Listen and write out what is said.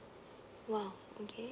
!wah! okay